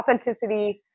Authenticity